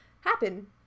happen